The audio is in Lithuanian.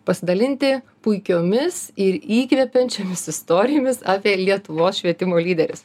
pasidalinti puikiomis ir įkvepiančiomis istorijomis apie lietuvos švietimo lyderius